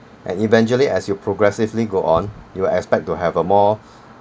and eventually as you progressively go on you'll expect to have a more